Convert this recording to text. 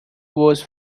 was